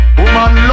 woman